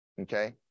okay